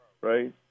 right